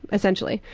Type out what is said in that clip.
essentially.